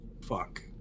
fuck